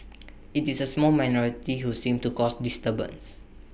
IT is A small minority who seem to cause disturbance